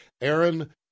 Aaron